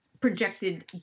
projected